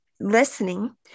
listening